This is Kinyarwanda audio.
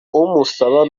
umusaba